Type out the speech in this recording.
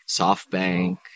SoftBank